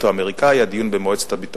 שם.